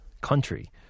country